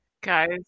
Guys